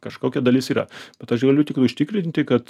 kažkokia dalis yra bet aš galiu tik užtikrinti kad